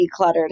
decluttered